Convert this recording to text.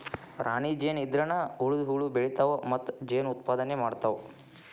ರಾಣಿ ಜೇನ ಇದ್ರನ ಉಳದ ಹುಳು ಬೆಳಿತಾವ ಮತ್ತ ಜೇನ ಉತ್ಪಾದನೆ ಮಾಡ್ತಾವ